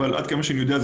אבל עד כמה שאני יודע,